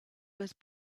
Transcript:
was